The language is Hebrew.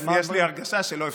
יש לי הרגשה שלא הפסדתם.